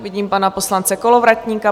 Vidím pana poslanci Kolovratníka.